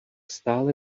stále